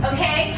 Okay